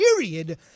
period